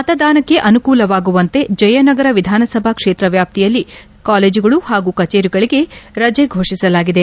ಮತದಾನಕ್ಕೆ ಅನುಕೂಲವಾಗುವಂತೆ ಜಯನಗರ ವಿಧಾನಸಭಾ ಕ್ಷೇತ್ರ ವ್ಯಾಪ್ತಿಯಲ್ಲಿ ಕಾಲೇಜುಗಳು ಹಾಗೂ ಕಚೇರಿಗಳಿಗೆ ರಜೆ ಘೋಷಿಸಲಾಗಿದೆ